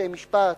בתי-משפט